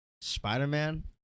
Spider-Man